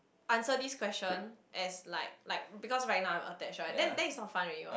answer this question as like like because right now I'm attached right then then it's not fun already [what]